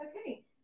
Okay